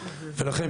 ולכן,